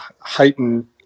heightened